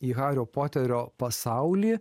į hario poterio pasaulį